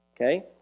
Okay